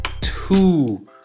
two